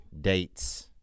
dates